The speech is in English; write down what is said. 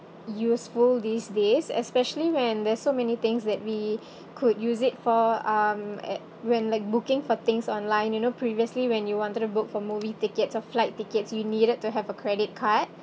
useful these days especially when there's so many things that we could use it for um at when like booking for things online you know previously when you wanted to book for movie tickets or flight tickets you needed to have a credit card